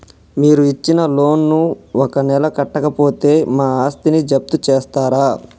మీరు ఇచ్చిన లోన్ ను ఒక నెల కట్టకపోతే మా ఆస్తిని జప్తు చేస్తరా?